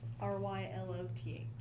R-Y-L-O-T